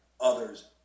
others